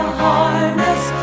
harness